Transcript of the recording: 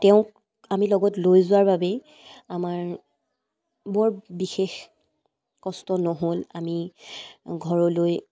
তেওঁক আমি লগত লৈ যোৱাৰ বাবেই আমাৰ বৰ বিশেষ কষ্ট নহ'ল আমি ঘৰলৈ